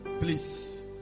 Please